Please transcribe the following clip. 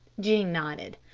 jean nodded.